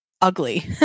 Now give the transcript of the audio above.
ugly